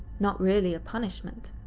not really a punishment.